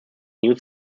new